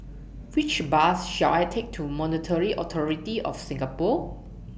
Which Bus should I Take to Monetary Authority of Singapore